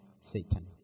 Satan